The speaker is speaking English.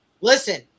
Listen